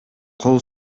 кол